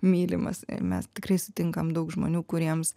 mylimas mes tikrai sutinkam daug žmonių kuriems